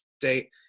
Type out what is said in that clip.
state